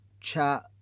chat